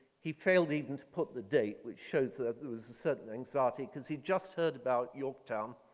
he failed even to put the date which shows that there was a certain anxiety because he just heard about yorktown.